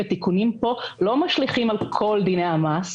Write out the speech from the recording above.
ותיקונים פה לא משליכים על כל דיני המס,